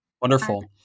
Wonderful